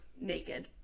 naked